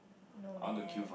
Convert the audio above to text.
no man